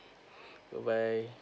good bye